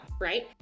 right